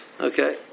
Okay